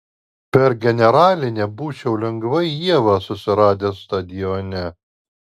per generalinę būčiau lengvai ievą susiradęs stadione